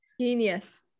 genius